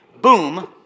Boom